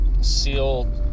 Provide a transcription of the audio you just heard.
sealed